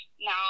now